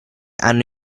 hanno